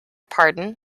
pardon